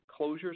closures